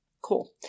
Cool